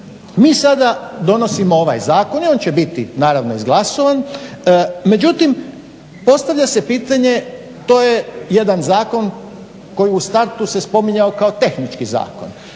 mi sada donosimo ovaj zakon i on će biti naravno izglasan, međutim postavlja se pitanje, to je jedan zakon koji u startu se spominjao kao tehnički zakon